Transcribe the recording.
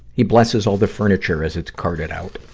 he blesses all the furniture as it's carted out.